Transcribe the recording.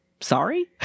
Sorry